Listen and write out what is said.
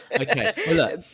Okay